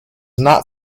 not